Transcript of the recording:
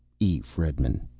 e. fredman